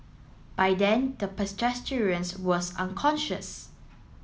by then the was unconscious